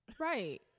Right